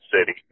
city